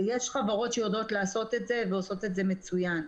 ויש חברות שיודעות לעשות את זה ועושות את זה מצוין.